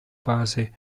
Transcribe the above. base